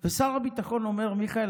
שר הביטחון אומר: מיכאל,